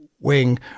wing